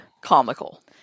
comical